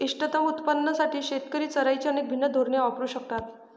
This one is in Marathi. इष्टतम उत्पादनासाठी शेतकरी चराईची अनेक भिन्न धोरणे वापरू शकतात